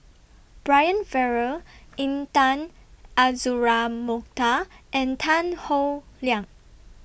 Brian Farrell Intan Azura Mokhtar and Tan Howe Liang